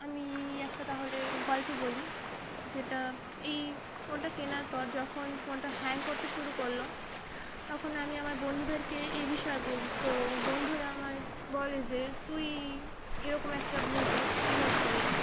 আমি একটা তাহলে গল্প বলি যেটা এই ফোনটা কেনার পর যখন ফোনটা হ্যাং করতে শুরু করলো তখন আমি আমার বন্ধুদেরকে এই বিষয়ে বলি তো বন্ধুরা আমায় বলে যে তুই এরকম একটা ভুল কাজ কীভাবে করলি